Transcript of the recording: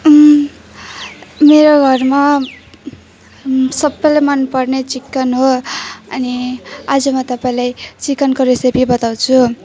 मेरो घरमा सबैलाई मनपर्ने चिकन हो अनि आज म तपाईँलाई चिकनको रेसिपी बताउँछु